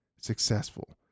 successful